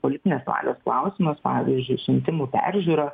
politinės valios klausimas pavyzdžiui siuntimų peržiūra